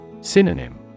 Synonym